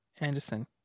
Anderson